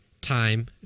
time